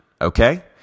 okay